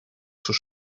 zur